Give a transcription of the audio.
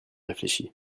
réfléchi